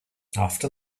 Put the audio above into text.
after